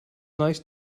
nice